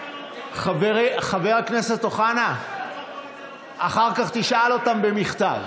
חבר הכנסת אוחנה, אחר כך תשאל אותם במכתב.